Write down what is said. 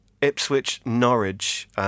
Ipswich-Norwich